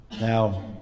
now